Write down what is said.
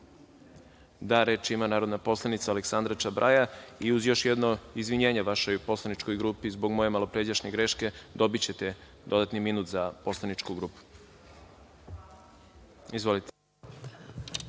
(Da.)Reč ima narodna poslanica Aleksandra Čabraja.I uz još jedno izvinjenje vašoj poslaničkoj grupi zbog moje malopređašnje greške, dobićete dodatni minut za poslaničku grupa. Izvolite.